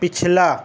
پچھلا